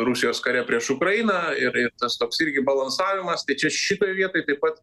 rusijos kare prieš ukrainą ir ir tas toks irgi balansavimas tai čia šitoj vietoj taip pat